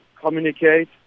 communicate